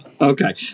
Okay